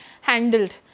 handled